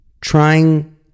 trying